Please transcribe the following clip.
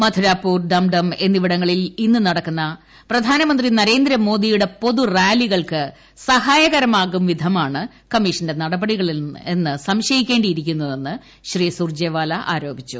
മധുരാപൂർ ഡ്യൂഡ്ട്രിക് എന്നിവിടങ്ങളിൽ ഇന്ന് നടക്കുന്ന പ്രധാനമന്ത്രി നരേന്ദ്രമോദിയുടെ പൊതുറാലികൾക്ക് സ്ഹായകരമാകുംവിധമാണ് കമ്മിഷന്റെ നടപടികളെന്ന് സംശയിക്കേണ്ടിയിരിക്കുന്നുഷ്ഠിന് ിർട്ടോല ആരോപിച്ചു